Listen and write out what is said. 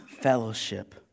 fellowship